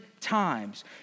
times